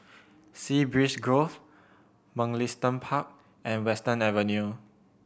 Sea Breeze Grove Mugliston Park and Western Avenue